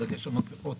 בדגש על מסיכות